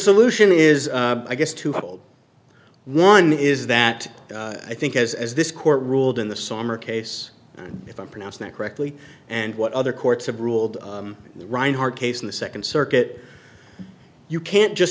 solution is i guess to hold one is that i think has as this court ruled in the summer case if i'm pronouncing that correctly and what other courts have ruled the rinehart case in the second circuit you can't just